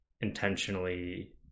intentionally